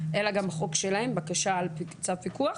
אלא גם בחוק שלהם בקשה לצו פיקוח?